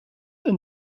and